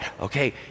okay